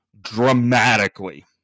dramatically